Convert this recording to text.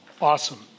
awesome